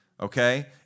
okay